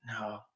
No